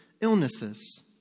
illnesses